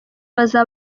baza